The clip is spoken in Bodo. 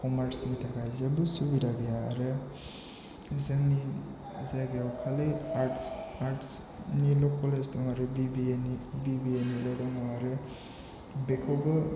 क'मार्सनि थाखाय जेबबो सुबिदा गैया आरो जोंनि जायगायाव खालि आर्ट्स आर्ट्स निल' कलेज दं आरो B B A B B A निल' दङ आरो बेखौबो